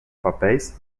papéis